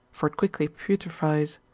for it quickly putrefies.